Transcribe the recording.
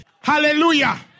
Hallelujah